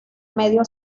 medio